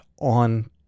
on